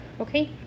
Okay